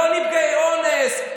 לא נפגעי אונס.